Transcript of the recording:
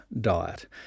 diet